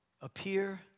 appear